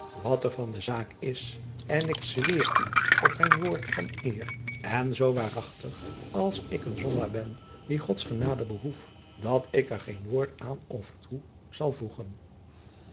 wat er van de zaak is en ik zweer u op mijn woord van eer en zoo waarachtig als ik een zondaar ben die ods genade behoef dat ik er geen woord aan af of toe zal